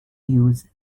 use